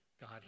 God